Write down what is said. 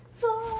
Four